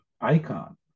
icon